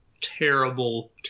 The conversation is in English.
terrible